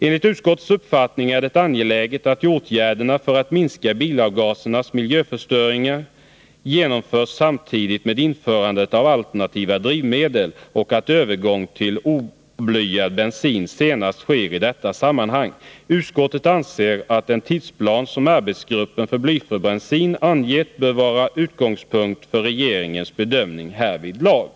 Enligt utskottets uppfattning är det angeläget att åtgärderna för att minska bilavgasernas miljöstörningar genomförs samtidigt med införandet av alternativa drivmedel och att övergång till oblyad bensin senast sker i detta sammanhang. Utskottet anser att den tidsplan som arbetsgrup pen för blyfri bensin angett bör vara utgångspunkten för regeringens bedömning härvidlag.